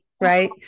right